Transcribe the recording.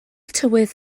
tywydd